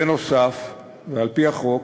בנוסף, ועל-פי החוק,